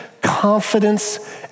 confidence